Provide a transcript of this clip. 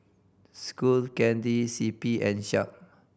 Skull Candy C P and Sharp